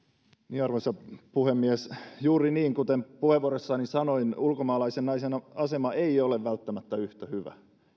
arvoisa puhemies juuri niin kuten puheenvuorossani sanoin ulkomaalaisen naisen asema ei ole välttämättä yhtä hyvä